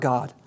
God